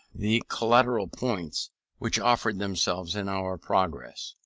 the collateral points which offered themselves in our progress.